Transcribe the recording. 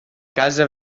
casa